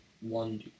one